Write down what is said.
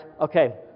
Okay